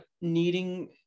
needing